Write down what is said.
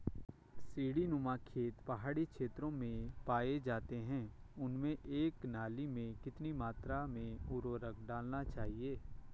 सीड़ी नुमा खेत पहाड़ी क्षेत्रों में पाए जाते हैं उनमें एक नाली में कितनी मात्रा में उर्वरक डालना चाहिए?